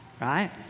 Right